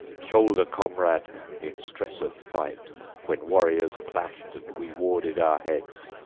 shoulder-comrade in stress of fight when warriors clashed and we warded our heads,